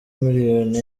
miliyoni